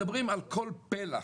מדברים על כל פלח,